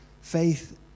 Faith